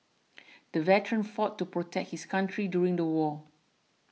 the veteran fought to protect his country during the war